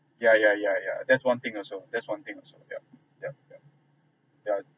yeah yeah yeah yeah that's one thing also that's one thing also yup yup yup yeah